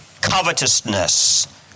Covetousness